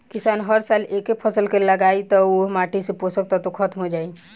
किसान हर साल एके फसल के लगायी त ओह माटी से पोषक तत्व ख़तम हो जाई